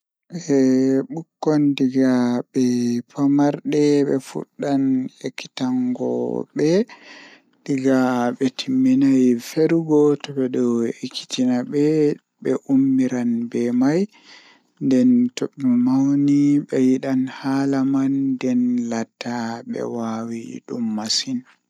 Nyamdu kala didi jei mi suptata mi tokka nyamugo kanjum woni haako ledde kala ledde irin bana lemo ayaba aran kenan didi bo mi nyaman kusel to mi nyama frutji be kusel kanjum do don woitina bandu masin mi wawan mi nyama haa